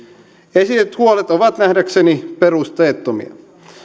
esitetyt huolet ovat nähdäkseni perusteettomia